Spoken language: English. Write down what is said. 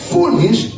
Foolish